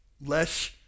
less